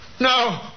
no